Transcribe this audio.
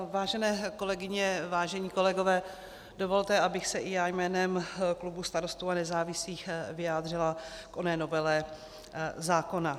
Vážené kolegyně, vážení kolegové, dovolte, abych se i já jménem klubu Starostů a nezávislých vyjádřila k oné novele zákona.